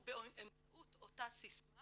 הוא באמצעות אותה סיסמה